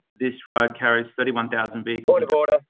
this road carries thirty one thousand vehicles, but